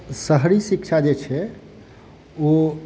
शहरी शिक्षा जे छै ओ